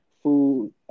food